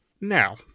Now